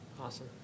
Awesome